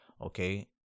Okay